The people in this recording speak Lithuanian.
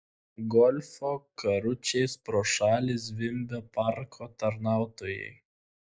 golfo karučiais pro šalį zvimbė parko tarnautojai